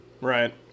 Right